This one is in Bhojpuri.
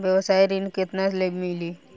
व्यवसाय ऋण केतना ले मिली?